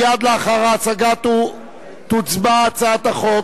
16). מייד לאחר ההצגה נצביע על הצעת החוק